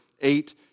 eight